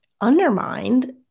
undermined